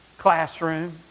classroom